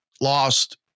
lost